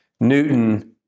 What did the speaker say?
Newton